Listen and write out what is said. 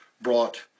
brought